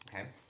okay